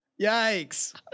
yikes